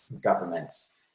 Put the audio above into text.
governments